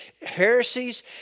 heresies